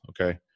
Okay